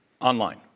online